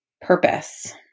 purpose